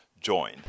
join